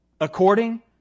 according